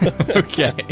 Okay